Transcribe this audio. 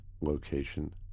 location